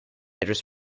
address